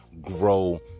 grow